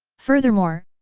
furthermore,